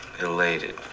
elated